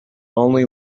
only